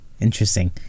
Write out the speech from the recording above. interesting